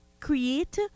create